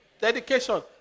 Dedication